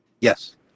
Yes